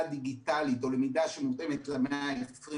דיגיטלית או למידה שמותאמת למאה ה-21?